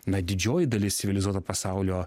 na didžioji dalis civilizuoto pasaulio